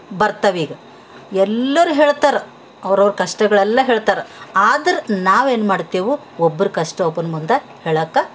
ಬರ್ತವೆ ಈಗ ಎಲ್ಲರು ಹೇಳ್ತರ ಅವರವ್ರ ಕಷ್ಟಗಳೆಲ್ಲಾ ಹೇಳ್ತರ ಆದ್ರೆ ನಾವು ಏನ್ಮಾಡ್ತೇವು ಒಬ್ರ ಕಷ್ಟ ಒಬ್ಬನ ಮುಂದೆ ಹೇಳಕ್ಕೆ